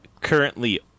currently